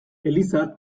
eliza